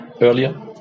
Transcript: earlier